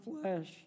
flesh